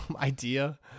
idea